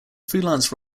freelance